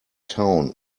town